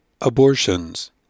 Abortions